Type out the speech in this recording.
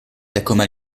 dacoma